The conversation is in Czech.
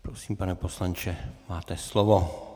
Prosím, pane poslanče, máte slovo.